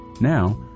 Now